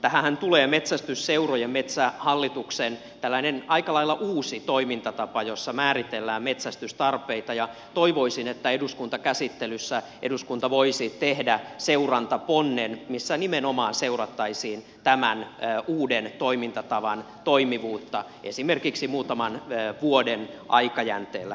tähänhän tulee metsästysseurojen ja metsähallituksen tällainen aika lailla uusi toimintatapa jossa määritellään metsästystarpeita ja toivoisin että eduskuntakäsittelyssä eduskunta voisi tehdä seurantaponnen missä nimenomaan seurattaisiin tämän uuden toimintatavan toimivuutta esimerkiksi muutaman vuoden aikajänteellä